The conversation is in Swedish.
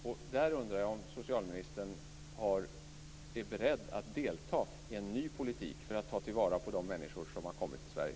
Jag undrar om socialministern är beredd att delta i en ny politik för att ta till vara de människor som har kommit till Sverige.